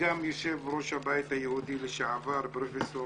וליושב-ראש הבית היהודי לשעבר, פרופ'